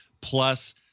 plus